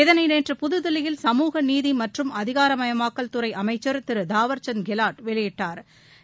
இதனை நேற்று புதுதில்லியில் சமூக நீதி மற்றும் அதிகாரமயமாக்கல் துறை அமைச்சர் திரு தாவா்சந்த் கெலாட் வெளியிட்டாா்